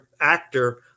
actor